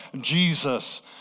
Jesus